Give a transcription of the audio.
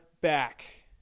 back